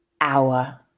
hour